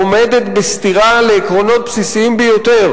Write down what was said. "עומדת בסתירה לעקרונות בסיסיים ביותר